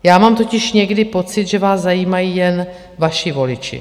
Já mám totiž někdy pocit, že vás zajímají jen vaši voliči.